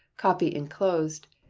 copy inclosed,